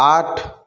आठ